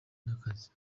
n’akazi